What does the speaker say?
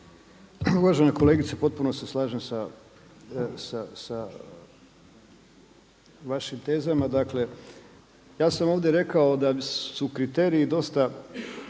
Uvažena kolegice potpuno se slažem sa vašim tezama. Dakle ja sam ovdje rekao da su kriteriji dosta